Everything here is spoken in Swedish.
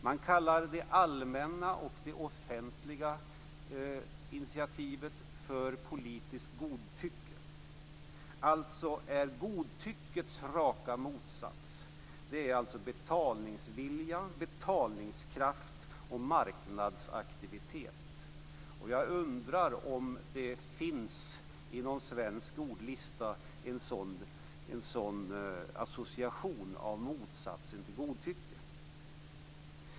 Man kallar det allmänna och det offentliga initiativet för politiskt godtycke. Alltså är godtyckets raka motsats betalningsvilja, betalningskraft och marknadsaktivitet. Och jag undrar om det i någon svensk ordlista finns en sådan association av motsatsen till godtycke.